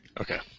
Okay